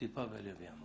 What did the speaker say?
טיפה בלב ים.